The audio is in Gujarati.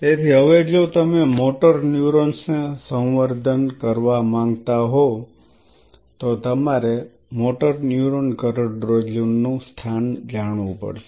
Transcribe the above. તેથી હવે જો તમે મોટર ન્યુરોન્સને સંવર્ધન કરવા માંગતા હો તો તમારે મોટર ન્યુરોન કરોડરજ્જુ નું સ્થાન જાણવું પડશે